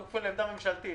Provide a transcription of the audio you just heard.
אנחנו כפופים לעמדה ממשלתית.